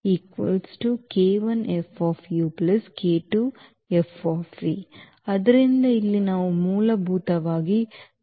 ಆದ್ದರಿಂದ ಇಲ್ಲಿ ನಾವು ಮೂಲಭೂತವಾಗಿ ಎರಡನ್ನು ಸಂಯೋಜಿಸುತ್ತಿದ್ದೇವೆ